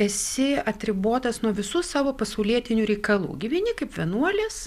esi atribotas nuo visų savo pasaulietinių reikalų gyveni kaip vienuolis